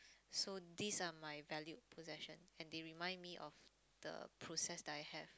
so these are my valued possession and they remind me of the process that I have